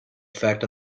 effect